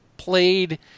Played